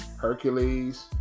Hercules